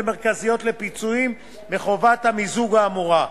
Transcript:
מרכזיות לפיצויים מחובת המיזוג האמורה,